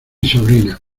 sobrina